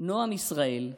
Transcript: נעם ישראל,